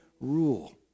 rule